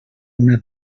una